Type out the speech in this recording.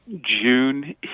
June